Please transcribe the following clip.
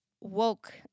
woke